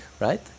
right